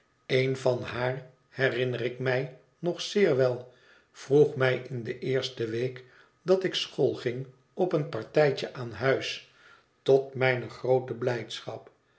een van haar herinner ik mij nog zeer wel vroeg mij in de eerste week dat ik school ging op een partijtje aan huis tot mijne groote blijdschap